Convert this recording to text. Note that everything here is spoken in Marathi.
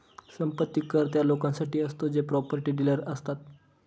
संपत्ती कर त्या लोकांसाठी असतो जे प्रॉपर्टी डीलर असतात